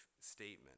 statement